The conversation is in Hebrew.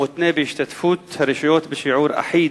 המותנים בהשתתפות הרשויות בשיעור אחיד,